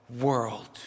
world